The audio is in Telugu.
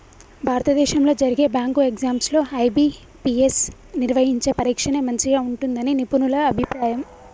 భారతదేశంలో జరిగే బ్యాంకు ఎగ్జామ్స్ లో ఐ.బీ.పీ.ఎస్ నిర్వహించే పరీక్షనే మంచిగా ఉంటుందని నిపుణుల అభిప్రాయం